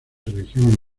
religión